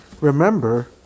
Remember